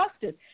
justice